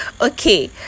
Okay